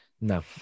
No